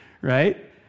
right